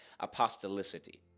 Apostolicity